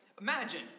Imagine